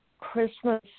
Christmas